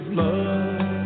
love